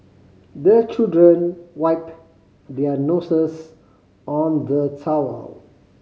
the children wipe their noses on the towel